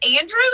Andrew